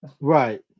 Right